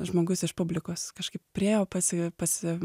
žmogus iš publikos kažkaip priėjo pasi pasi